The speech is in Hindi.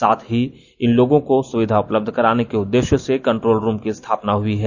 साथ ही इन लोगों को सुविधा उपलब्ध कराने के उद्देश्य से कंट्रोल रूम की स्थापना हुई है